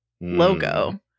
logo